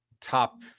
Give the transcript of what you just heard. top